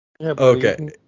Okay